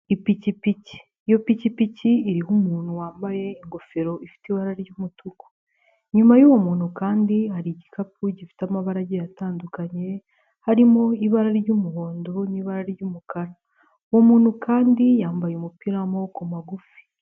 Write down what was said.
Ipikipiki iyopikipiki iriho umuntu wambaye ingofero ifite ibara ry'umutuku inyuma y'uwo muntu kandi hari igikapu gifite amabarage agiye atandukanye harimo ibara ry'umuhondo n'ibara ry'umukara uwo umuntu kandi yambaye umupira w'amaboko magufi.